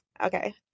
Okay